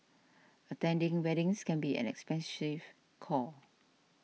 attending weddings can be an expensive core